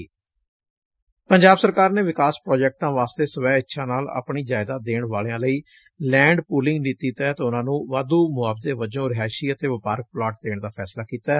ਪੰਜਾਬ ਸਰਕਾਰ ਨੇ ਵਿਕਾਸ ਪ੍ਰੋਜੈਕਟਾਂ ਵਾਸਤੇ ਸਵੈ ਇੱਛਾ ਨਾਲ ਆਪਣੀ ਜਾਇਦਾਦ ਦੇਣ ਵਾਲਿਆਂ ਲਈ ਲੈਂਡ ਪੁਲਿੰਗ ਨੀਤੀ ਤਹਿਤ ਉਨੂਾ ਨੂੰ ਵਾਧੂ ਮੁਆਵਜ਼ੇ ਵਜੋ ਰਿਹਾਇਸ਼ੀ ਅਤੇ ਵਪਾਰਕ ਪਲਾਟ ਦੇਣ ਦਾ ਫੈਸਲਾ ਕੀਤੈ